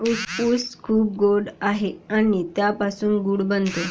ऊस खूप गोड आहे आणि त्यापासून गूळ बनतो